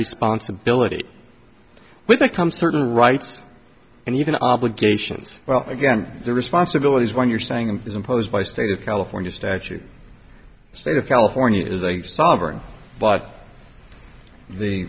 responsibility with that comes certain rights and even obligations well again the responsibilities when you're saying them is imposed by state of california statute state of california